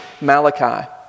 Malachi